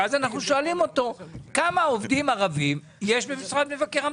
אז אנחנו שואלים אותו כמה עובדים ערבים יש במשרד מבקר המדינה,